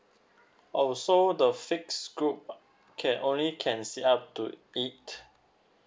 oh so the fix group can only can sit up to eight